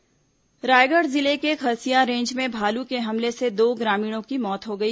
भालू हमला मौत रायगढ़ जिले के खरसिया रेंज में भालू के हमले से दो ग्रामीणों की मौत हो गई